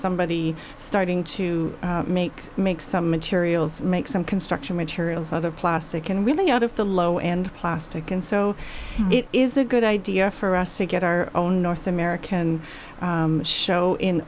somebody starting to make make some materials make some construction materials other plastic and weaving out of the low and plastic and so it is a good idea for us to get our own north american show in